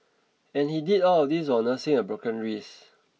and he did all of this while nursing a broken wrist